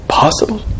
possible